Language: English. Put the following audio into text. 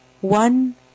one